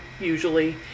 usually